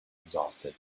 exhausted